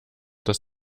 das